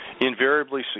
invariably